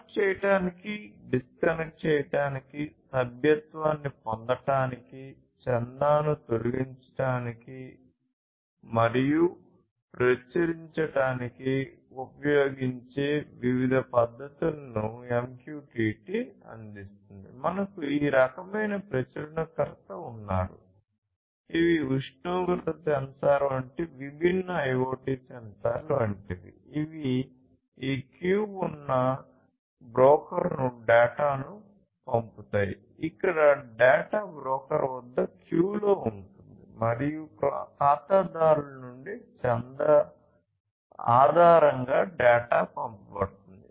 connect చేయడానికి disconnect చేయడానికి సభ్యత్వాన్ని పొందడానికి చందాను తొలగించడానికి ఆధారంగా డేటా పంపబడుతుంది